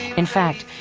in fact,